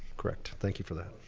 correct! thank you for that.